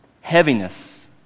heaviness